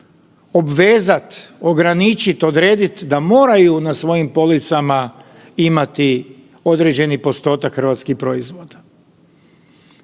obvezat, ograničit, odredit, da moraju na svojim policama imati određeni postotak hrvatskih proizvoda.